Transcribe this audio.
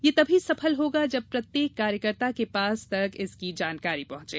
यह तभी सफल होगा जब प्रत्येक कार्यकर्ता के पास तक इसकी जानकारी पहुंचे